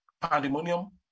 pandemonium